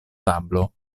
tablo